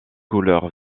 couleur